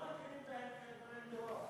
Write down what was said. לא מכירים בהם כארגוני טרור.